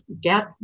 get